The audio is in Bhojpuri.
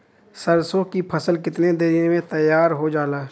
सरसों की फसल कितने दिन में तैयार हो जाला?